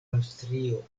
aŭstrio